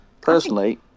Personally